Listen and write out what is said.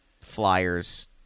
Flyers